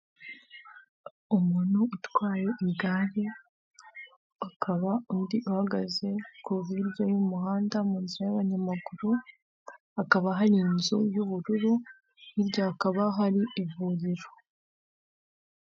Umuntu utwaye igare; akaba undi uhagaze ku buryo y'umuhanda munzira y'abanyamaguru; hakaba hari inzu y'ubururu hirya hakaba har' ivuriro.